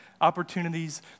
opportunities